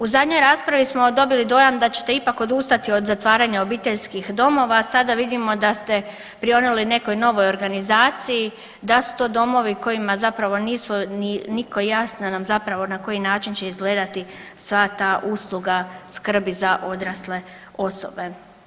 U zadnjoj raspravi smo dobili dojam da ćete ipak odustati od zatvaranja obiteljskih domova, a sada vidimo da ste prionuli nekoj novoj organizaciji, da su to domovi kojima zapravo nisu nitko jasne nam zapravo na koji način će izgledati sva ta usluga skrbi za odrasle osobe.